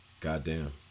goddamn